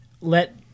let